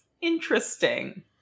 Interesting